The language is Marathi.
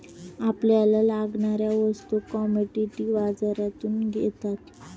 आपल्याला लागणाऱ्या वस्तू कमॉडिटी बाजारातून येतात